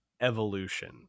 evolution